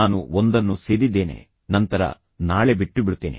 ನಾನು ಒಂದನ್ನು ಸೇದಿದ್ದೇನೆ ನಂತರ ನಾಳೆ ಬಿಟ್ಟುಬಿಡುತ್ತೇನೆ